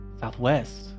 Southwest